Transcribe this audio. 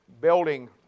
building